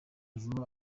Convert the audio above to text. vuba